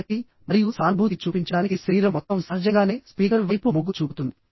ఆసక్తి మరియు సానుభూతి చూపించడానికి శరీరం మొత్తం సహజంగానే స్పీకర్ వైపు మొగ్గు చూపుతుంది